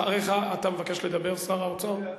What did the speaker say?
אחריך, אתה מבקש לדבר, שר האוצר?